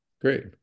Great